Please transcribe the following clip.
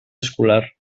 escolar